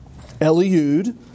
Eliud